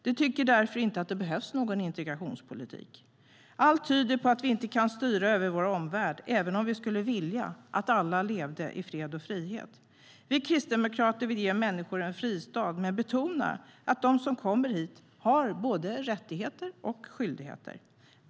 De tycker därför inte att det behövs någon integrationspolitik. Allt tyder på att vi inte kan styra över vår omvärld, även om vi skulle vilja att alla levde i fred och frihet. Vi kristdemokrater vill ge människor en fristad men betonar att de som kommer hit har både rättigheter och skyldigheter.